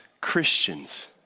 Christians